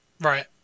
Right